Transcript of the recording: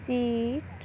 seat